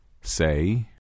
Say